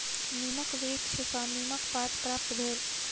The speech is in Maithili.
नीमक वृक्ष सॅ नीमक पात प्राप्त भेल